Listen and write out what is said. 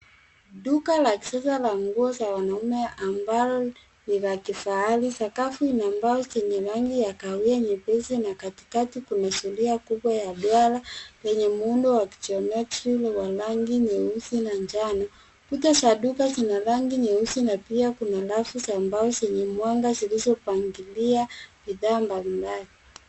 Duka la kisasa la nguo za wanaume ambalo ni la kifahari. Sakafu ina mbao zenye rangi ya kahawia nyepesi na katikati kuna zulia kubwa ya duara, yenye muundo wa kijometri wa rangi nyeusi na njano. Kuta za duka zina rangi nyeusi na pia kuna rafu za mbao zenye mwanga zilizopangilia bidhaa mbalimbali.